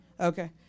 okay